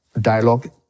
dialogue